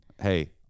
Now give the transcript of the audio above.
Hey